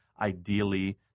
Ideally